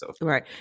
Right